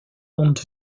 onde